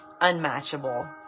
unmatchable